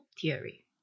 Theory